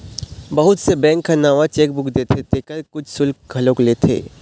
बहुत से बेंक ह नवा चेकबूक देथे तेखर कुछ सुल्क घलोक लेथे